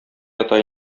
ята